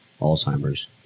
Alzheimer's